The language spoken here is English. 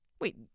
Wait